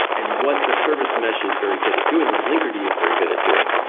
and what the service mesh is very good at doing, what linkerd is very good at doing,